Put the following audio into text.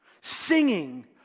singing